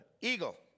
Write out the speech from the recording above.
eagle